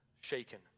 shaken